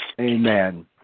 Amen